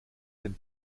den